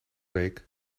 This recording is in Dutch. week